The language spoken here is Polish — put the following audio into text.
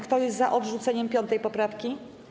Kto jest za odrzuceniem 5. poprawki?